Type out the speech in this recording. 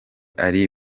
ari